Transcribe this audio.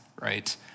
right